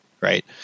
right